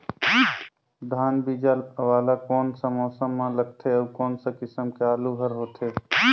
धान बीजा वाला कोन सा मौसम म लगथे अउ कोन सा किसम के आलू हर होथे?